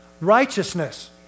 Righteousness